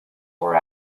were